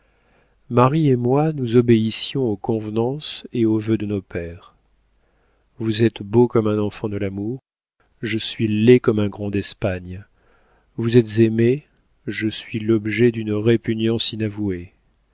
marie et moi nous obéissions aux convenances et aux vœux de nos pères vous êtes beau comme un enfant de l'amour je suis laid comme un grand d'espagne vous êtes aimé je suis l'objet d'une répugnance inavouée